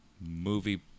movie